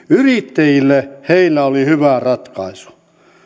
yrittäjille heillä oli hyvä ratkaisu